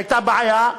הייתה בעיה,